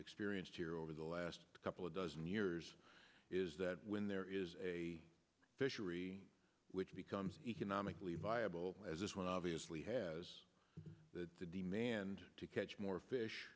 experienced here over the last couple of dozen years is that when there is a fishery which becomes economically viable as this one obviously has the demand to catch more fish